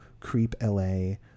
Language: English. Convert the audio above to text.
creepla